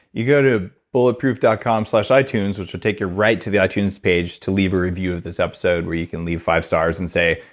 you go to bulletproof dot com slash itunes which will take you right to the itunes page to leave a review of this episode where you can leave five stars and say,